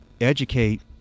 educate